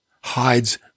hides